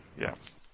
Yes